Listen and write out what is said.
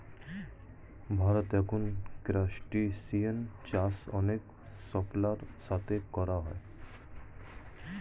ভারতে এখন ক্রাসটেসিয়ান চাষ অনেক সাফল্যের সাথে করা হয়